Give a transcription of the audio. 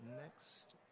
Next